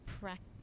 practice